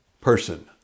person